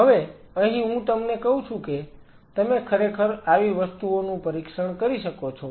હવે અહીં હું તમને કહું છું કે તમે ખરેખર આવી વસ્તુઓનું પરીક્ષણ કરી શકો છો